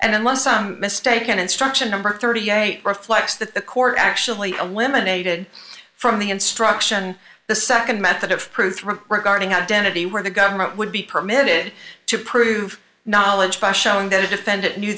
and unless i'm mistaken instruction number thirty eight reflects that the court actually eliminated from the instruction the nd method of proof regarding identity where the government would be permitted to prove knowledge by showing that a defendant knew